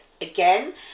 again